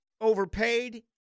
overpaid